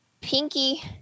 Pinky